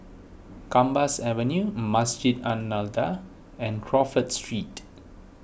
Gambas Avenue Masjid An Nahdhah and Crawford Street